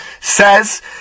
says